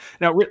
Now